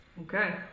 Okay